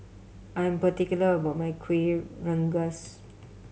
I'm particular about my Kuih Rengas